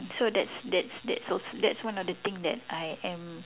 so that's that's that's one of the thing that I'm